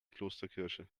klosterkirche